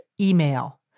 email